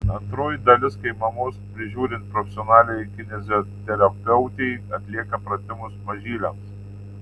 antroji dalis kai mamos prižiūrint profesionaliai kineziterapeutei atlieka pratimus mažyliams